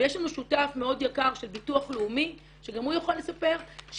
ויש לנו שותף מאוד יקר של ביטוח לאומי שגם הוא יכול לספר שמסגרות,